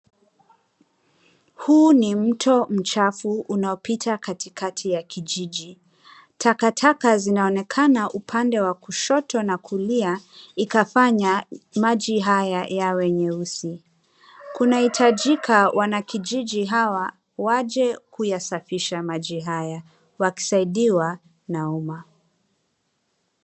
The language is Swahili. Huu ni mto mchafu unaopita katikati ya kijiji. Takataka zinaonekana upande wa kushoto na kulia ikafanya maji haya yawe meusi. Kunahitajika wanakijiji hawa waje kuyasafisha maji haya wasisaidiwa na umma.